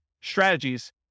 strategies